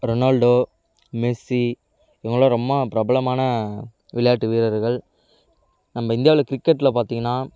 Ronaldo Messi இவங்களாம் ரொம்ப பிரபலமான விளையாட்டு வீரர்கள் நம்ம இந்தியாவில் கிரிக்கெட்டில் பார்த்திங்கன்னா